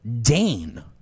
Dane